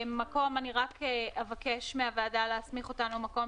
אני אבקש מהוועדה להסמיך אותנו במקום